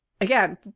again